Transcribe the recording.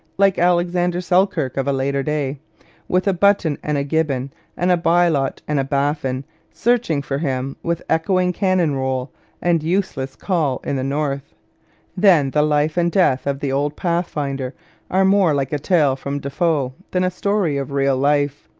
like alexander selkirk of a later day with a button and a gibbon and a bylot and a baffin searching for him with echoing cannon roll and useless call in the north then the life and death of the old pathfinder are more like a tale from defoe than a story of real life.